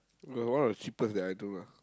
got one of the cheapest that I do ah